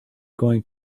going